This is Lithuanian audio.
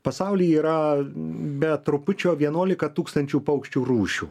pasauly yra be trupučio vienuolika tūkstančių paukščių rūšių